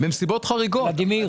בנסיבות חריגות.